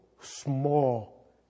small